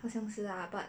好像是 lah but